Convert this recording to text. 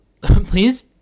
please